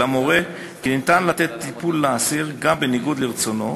אלא מורה כי אפשר לתת טיפול לאסיר גם בניגוד לרצונו.